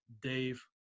Dave